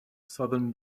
southern